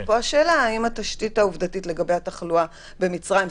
פה השאלה היא האם התשתית העובדתית לגבי התחלואה במצריים,